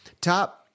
top